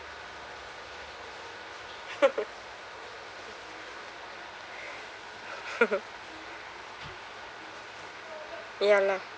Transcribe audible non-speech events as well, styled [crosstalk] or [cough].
[laughs] [laughs] ya lah